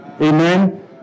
amen